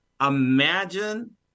imagine